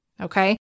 okay